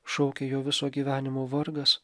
šaukia jo viso gyvenimo vargas